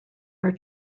are